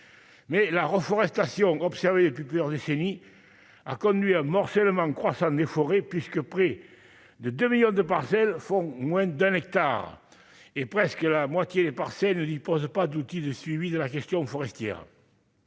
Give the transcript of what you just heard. mais la reforestation observée depuis plusieurs décennies, a conduit à morcellement croissant des forêts puisque près de 2 millions de parcelles font moins d'un hectare et presque la moitié des parcelles ne dispose pas d'outils de suivi de la gestion forestière.